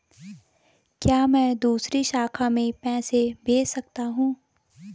क्या मैं दूसरी शाखा में पैसे भेज सकता हूँ?